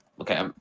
okay